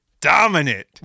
dominant